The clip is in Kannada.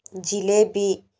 ಜಿಲೇಬಿ